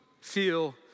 feel